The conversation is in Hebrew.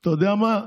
אתה יודע מה,